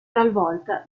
talvolta